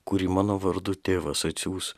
kurį mano vardu tėvas atsiųs